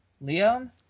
Leon